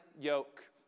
yoke